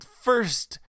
first